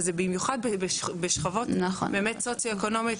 וזה במיוחד בשכבות באמת סוציו אקונומית